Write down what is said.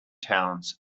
towns